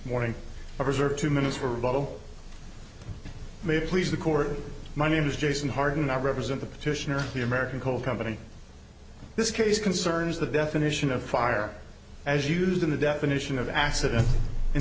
morning or reserve two minutes for bottle may please the court my name is jason harden i represent the petitioner the american coal company this case concerns the definition of fire as used in the definition of accident in